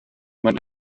man